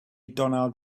donald